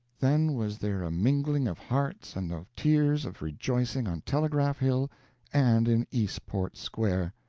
then was there a mingling of hearts and of tears of rejoicing on telegraph hill and in eastport square.